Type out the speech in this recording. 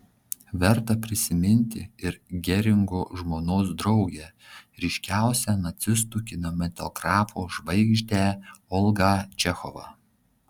verta prisiminti ir geringo žmonos draugę ryškiausią nacistų kinematografo žvaigždę olgą čechovą